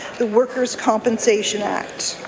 the workers' compensation act